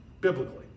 biblically